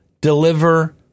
deliver